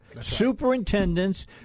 Superintendents